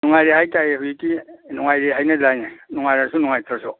ꯅꯨꯡꯉꯥꯏꯔꯤ ꯍꯥꯏꯇꯥꯏꯌꯦ ꯍꯧꯖꯤꯛꯇꯤ ꯅꯨꯡꯉꯥꯏꯔꯤ ꯍꯥꯏꯅ ꯗꯥꯏꯅꯦ ꯅꯨꯡꯉꯥꯏꯔꯁꯨ ꯅꯨꯡꯉꯥꯏꯇ꯭ꯔꯁꯨ